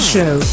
Show